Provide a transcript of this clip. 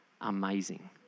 amazing